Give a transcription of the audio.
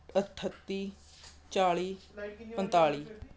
ਅਠੱਤੀ ਚਾਲੀ ਪੰਤਾਲੀ